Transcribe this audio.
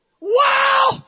Wow